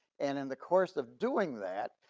and in the course of doing that,